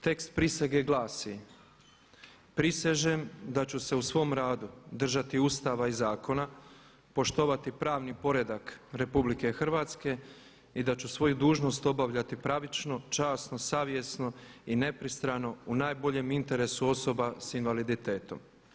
Tekst prisege glasi: „Prisežem da ću se u svom radu držati Ustava i zakona, poštovati pravni poredak RH i da ću svoju dužnost obavljati pravično, časno, savjesno i nepristrano u najboljem interesu osoba s invaliditetom“